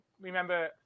remember